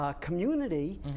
community